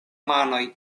manoj